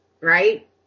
right